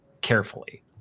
carefully